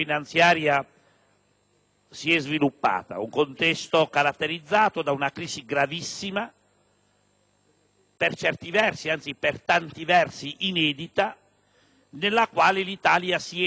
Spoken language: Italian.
una crisi gravissima, per tanti versi inedita, nella quale l'Italia si è trovata in una posizione abbastanza dissimile anche da altri Paesi europei.